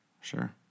Sure